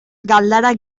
galdara